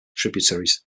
tributaries